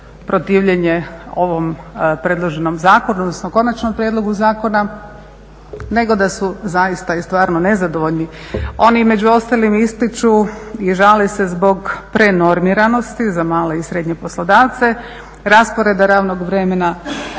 odnosno Konačnom prijedlogu Zakona nego da su zaista i stvarno nezadovoljni. Oni među ostalim ističu i žale se zbog prenormiranosti za male i srednje poslodavce, rasporeda radnog vremena,